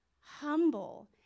humble